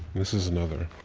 this is another